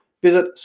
Visit